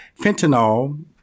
Fentanyl